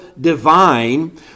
divine